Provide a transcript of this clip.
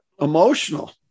emotional